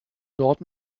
dort